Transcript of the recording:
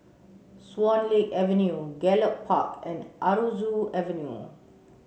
Swan Lake Avenue Gallop Park and Aroozoo Avenue